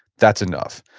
that's enough.